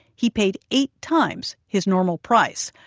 he paid eight times his normal price,